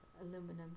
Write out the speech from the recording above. aluminum